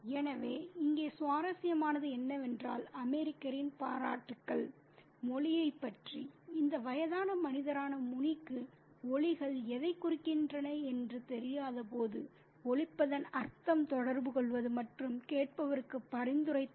எனவே இங்கே சுவாரஸ்யமானது என்னவென்றால் அமெரிக்கரின் பாராட்டுக்கள் மொழியைப் பற்றி இந்த வயதான மனிதரான முனிக்கு ஒலிகள் எதைக் குறிக்கின்றன என்று தெரியாதபோது ஒலிப்பதன் அர்த்தம் தொடர்புகொள்வது மற்றும் கேட்பவருக்கு பரிந்துரைத்தல்